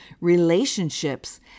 relationships